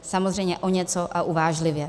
Samozřejmě o něco a uvážlivě.